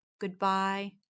goodbye